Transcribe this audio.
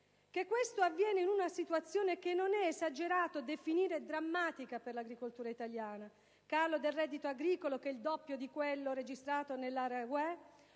che questo avviene in una situazione che non è esagerato definire drammatica per l'agricoltura italiana: calo del reddito agricolo, che è il doppio di quello registrato nell'area UE;